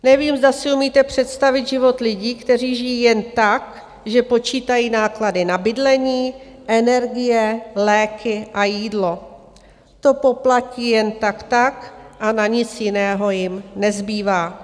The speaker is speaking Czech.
Nevím, zda si umíte představit život lidí, kteří žijí jen tak, že počítají náklady na bydlení, energie, léky a jídlo, to poplatí jen tak tak a na nic jiného jim nezbývá.